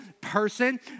person